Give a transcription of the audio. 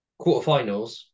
quarterfinals